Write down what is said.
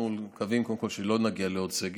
אנחנו מקווים, קודם כול, שלא נגיע לעוד סגר.